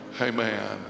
amen